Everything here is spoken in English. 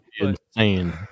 insane